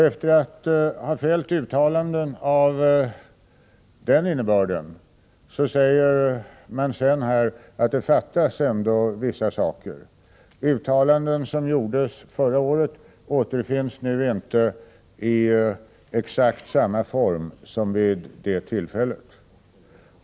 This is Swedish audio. Efter att ha fällt uttalanden av den innebörden säger man att det ändå fattas vissa saker; uttalanden som gjordes förra året återfinns nu inte i exakt samma form som vid det tillfället.